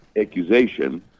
accusation